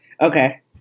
Okay